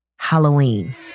Halloween